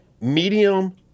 Medium